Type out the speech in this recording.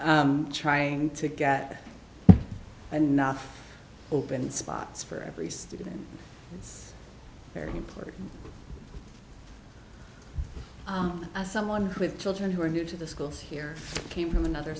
trying to get and not open spots for every student it's very important as someone with children who are new to the schools here came from another